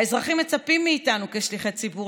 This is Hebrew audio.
האזרחים מצפים מאיתנו כשליחי ציבור